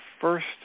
first